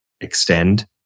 extend